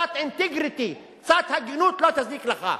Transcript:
קצת אינטגריטי, קצת הגינות לא תזיק לך.